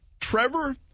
Trevor